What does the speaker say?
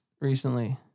recently